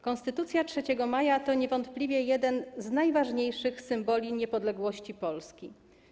Konstytucja 3 maja to niewątpliwie jeden z najważniejszych symboli niepodległości Polski.